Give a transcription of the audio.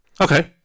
Okay